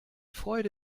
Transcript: freude